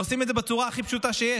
עושים את זה בצורה הכי פשוטה שיש.